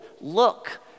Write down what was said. look